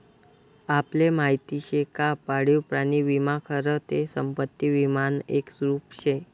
आपले माहिती शे का पाळीव प्राणी विमा खरं ते संपत्ती विमानं एक रुप शे